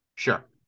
Sure